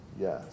yes